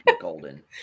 golden